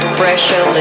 pressure